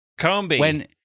Combi